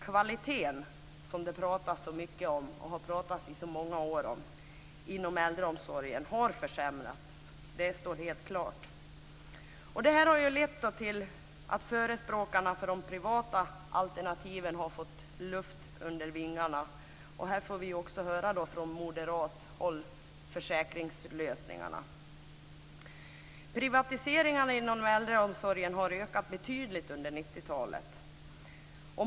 Kvaliteten inom äldreomsorgen, som det pratas så mycket om och som det i så många år har pratats om, har försämrats. Detta står helt klart. Det har lett till att förespråkarna för privata alternativ har fått luft under vingarna. Här får vi också från moderat håll höra om försäkringslösningarna. Privatiseringarna inom äldreomsorgen har ökat betydligt under 90-talet.